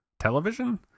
Television